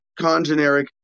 congeneric